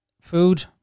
Food